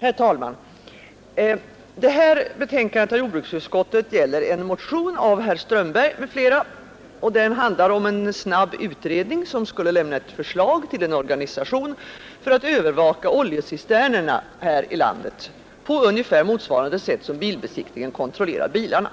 Herr talman! Detta betänkande av jordbruksutskottet gäller en motion av herr Strömberg m.fl., och den handlar om en snabbutredning som skulle lägga fram ett förslag till en organisation för att övervaka oljecisternerna här i landet på ungefär motsvarande sätt som bilbesiktningen kontrollerar bilarna.